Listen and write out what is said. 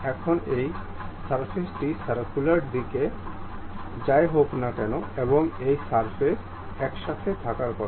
এখন এই পৃষ্ঠটি সার্ক্যুলার ডিস্কে যাই হোক না কেন এবং এই পৃষ্ঠ একসাথে থাকার কথা